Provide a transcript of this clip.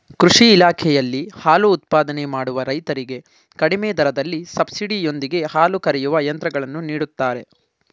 ಕೃಷಿ ಇಲಾಖೆಯಲ್ಲಿ ಹಾಲು ಉತ್ಪಾದನೆ ಮಾಡುವ ರೈತರಿಗೆ ಕಡಿಮೆ ದರದಲ್ಲಿ ಸಬ್ಸಿಡಿ ಯೊಂದಿಗೆ ಹಾಲು ಕರೆಯುವ ಯಂತ್ರಗಳನ್ನು ನೀಡುತ್ತಾರೆ